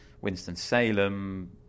Winston-Salem